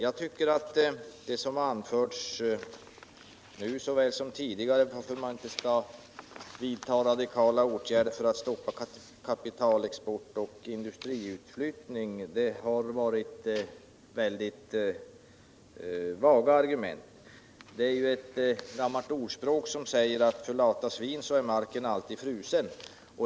De argument som anförts både nu och tidigare mot radikala åtgärder för att stoppa kapitalexport och industriutflyttning har varit mycket vaga. Fit gammalt ordspråk säger att för lata svin är marken alltid frusen.